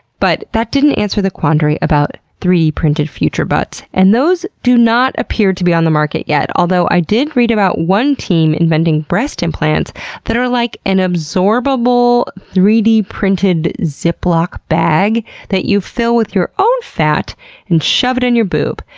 but that didn't answer the quandary about three d printed future butts, and those do not appear to be on the market, yet. although i did read about one team inventing breast implants that are like an absorbable three d printed ziploc bag that you fill with your own fat and shove it in your boob.